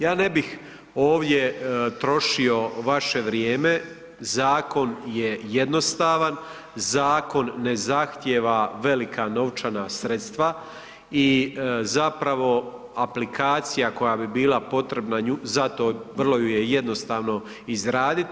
Ja ne bih ovdje trošio vaše vrijeme, zakon je jednostavan, zakon ne zahtjeva velika novčana sredstva i zapravo aplikacija koja bi bila potrebna za to vrlo ju je jednostavno izraditi.